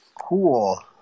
Cool